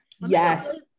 Yes